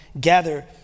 gather